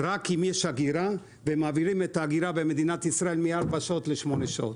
רק אם יש אגירה ומעבירים האגירה במדינת ישראל מ-4 שעות ל-8 שעות.